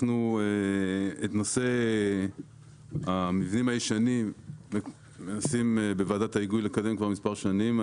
את נושא המבנים הישנים אנחנו מנסים בוועדת ההיגוי לקדם כבר מספר שנים.